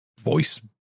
voice